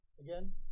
again